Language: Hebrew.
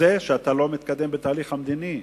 בזה שאתה לא מתקדם בתהליך המדיני.